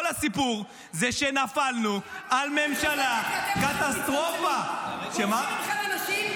כל הסיפור זה שנפלנו על ממשלה קטסטרופה ------ בורחים מכם אנשים,